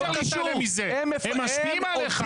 לא קשור --- הם משפיעים עליך.